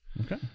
Okay